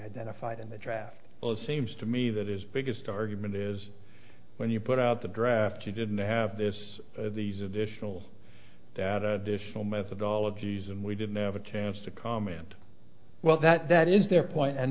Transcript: identified in the draft well it seems to me that his biggest argument is when you put out the draft you didn't have this these additional data to show methodologies and we didn't have a chance to comment well that that is their point and